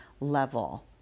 level